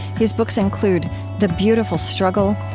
his books include the beautiful struggle,